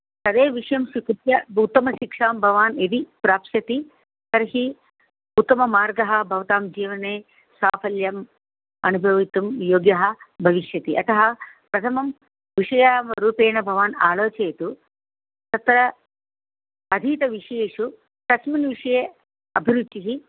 तदेव विषयं स्वीकृत्य उत्तमशिक्षां भवान् यदि प्राप्स्यति तर्हि उत्तममार्गः भवतां जीवने साफल्यं अनुभवितुं योग्यः भविष्यति अतः प्रथमं विषयावरूपेण भवान् आलोचयतु तत्र अधीतविषयेषु कस्मिन् विषये अभिरुचिः